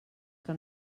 que